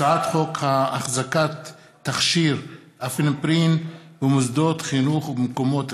הצעת חוק החזקת תכשיר אפינפרין במוסדות חינוך ובמקומות ציבוריים,